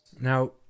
Now